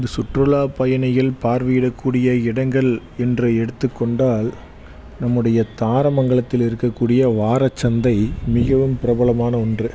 இங்கே சுற்றுலா பயணிகள் பார்வையிடக்கூடிய இடங்கள் என்று எடுத்துக்கொண்டால் நம்முடைய தாரமங்கலத்தில் இருக்கக்கூடிய வாரச்சந்தை மிகவும் பிரபலமான ஒன்று